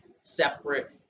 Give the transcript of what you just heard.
separate